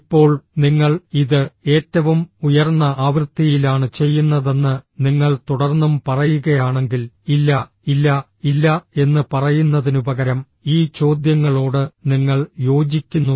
ഇപ്പോൾ നിങ്ങൾ ഇത് ഏറ്റവും ഉയർന്ന ആവൃത്തിയിലാണ് ചെയ്യുന്നതെന്ന് നിങ്ങൾ തുടർന്നും പറയുകയാണെങ്കിൽ ഇല്ല ഇല്ല ഇല്ല എന്ന് പറയുന്നതിനുപകരം ഈ ചോദ്യങ്ങളോട് നിങ്ങൾ യോജിക്കുന്നു